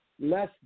less